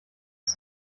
ist